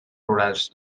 rurals